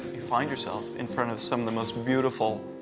you find yourself in front of some of the most beautiful